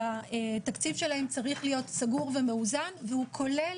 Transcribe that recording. שהתקציב שלהם צריך להיות סגור ומאוזן והוא כולל